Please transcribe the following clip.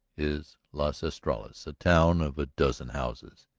is las estrellas, a town of a dozen houses.